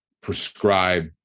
prescribe